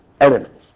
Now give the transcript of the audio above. elements